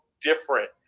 different